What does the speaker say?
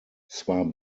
zwar